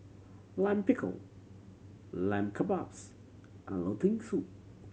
Lime Pickle Lamb Kebabs and Lentil Soup